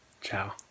Ciao